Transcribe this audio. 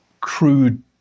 crude